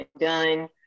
done